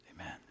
Amen